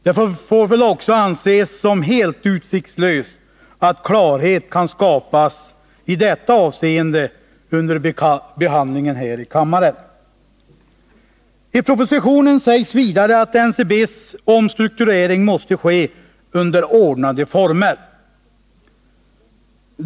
Det får väl också anses som helt utsiktslöst att klarhet kan skapas i detta avseende under behandlingen här i kammaren. I propositionen sägs vidare att NCB:s omstrukturering måste ske under ordnade former.